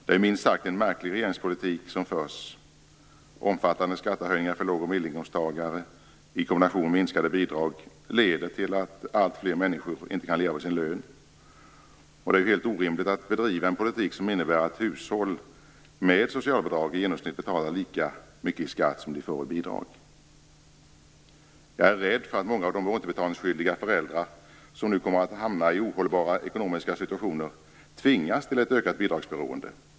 Det är minst sagt en märklig regeringspolitik som förs. Omfattande skattehöjningar för låg och medelinkomsttagare i kombination med minskade bidrag leder till att alltfler människor inte kan leva på sin lön. Det är helt orimligt att bedriva en politik som innebär att hushåll med socialbidrag i genomsnitt betalar lika mycket i skatt som de får i bidrag. Jag är rädd att många av de återbetalningsskyldiga föräldrar som nu kommer att hamna i ohållbara ekonomiska situationer tvingas till ett ökat bidragsberoende.